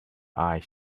eyes